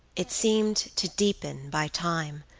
it seemed to deepen by time,